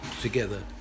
together